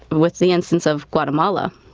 with the instance of guatemala.